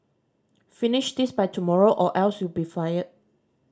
finish this by tomorrow or else you'll be fired